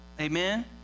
Amen